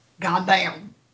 Goddamn